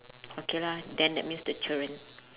okay lah then that means the children